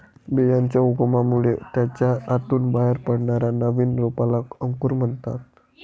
बियांच्या उगवणामुळे त्याच्या आतून बाहेर पडणाऱ्या नवीन रोपाला अंकुर म्हणतात